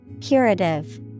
Curative